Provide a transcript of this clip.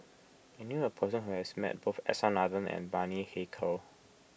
I knew a person who has met both S R Nathan and Bani Haykal